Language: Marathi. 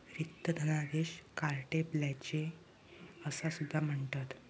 रिक्त धनादेशाक कार्टे ब्लँचे असा सुद्धा म्हणतत